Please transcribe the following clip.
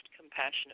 compassionate